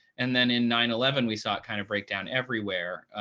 and then in nine eleven, we saw it kind of break down everywhere,